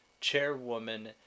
chairwoman